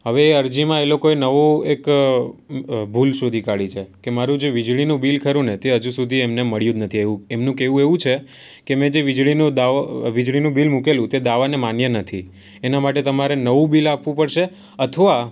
હવે એ અરજીમાં એ લોકોએ નવું એક ભૂલ શોધી કાઢી છે કે મારું જે વીજળીનું બિલ ખરુંને એ હજુ સુધી એમને મળ્યું નથી એવું એમનું કહેવું એવું છે કે મેં જે વીજળીનો દાવો વીજળીનું બિલ મૂકેલું તે દાવાને માન્ય નથી એના માટે તમારે નવું બિલ આપવું પડશે અથવા